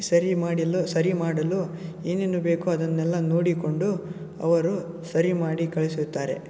ಸರಿ ಮಾಡಲು ಸರಿ ಮಾಡಲು ಏನೇನು ಬೇಕೋ ಅದನ್ನೆಲ್ಲ ನೋಡಿಕೊಂಡು ಅವರು ಸರಿ ಮಾಡಿ ಕಳಿಸುತ್ತಾರೆ